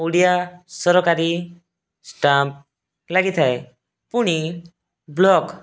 ଓଡ଼ିଆ ସରକାରୀ ଷ୍ଟାମ୍ପ ଲାଗିଥାଏ ପୁଣି ବ୍ଲକ